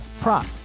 prop